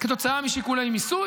כתוצאה משיקולי מיסוי,